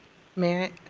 mayor?